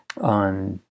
on